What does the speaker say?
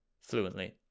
fluently